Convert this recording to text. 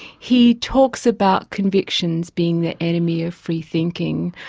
he talks about convictions being the enemy of free-thinking.